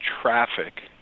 Traffic